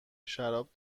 شراب